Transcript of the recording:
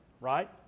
right